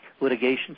litigation